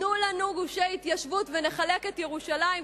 תנו לנו גושי התיישבות ונחלק את ירושלים,